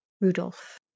Rudolph